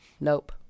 nope